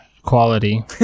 Quality